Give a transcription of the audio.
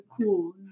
cool